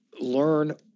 learn